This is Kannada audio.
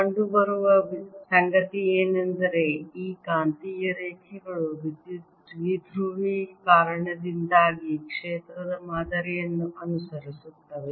ಕಂಡುಬರುವ ಸಂಗತಿಯೆಂದರೆ ಈ ಕಾಂತೀಯ ರೇಖೆಗಳು ವಿದ್ಯುತ್ ದ್ವಿಧ್ರುವಿಯ ಕಾರಣದಿಂದಾಗಿ ಕ್ಷೇತ್ರದ ಮಾದರಿಯನ್ನು ಅನುಸರಿಸುತ್ತವೆ